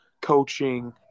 coaching